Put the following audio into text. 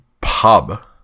pub